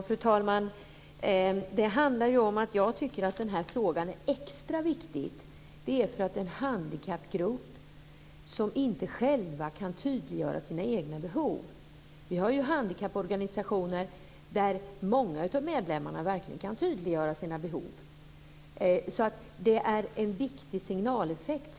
Fru talman! Jag tycker att den här frågan är extra viktig, eftersom det gäller en handikappgrupp som inte själv kan tydliggöra sina egna behov. Det finns handikapporganisationer där många av medlemmarna verkligen kan tydliggöra behoven. Det är en viktig signaleffekt.